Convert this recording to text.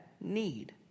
need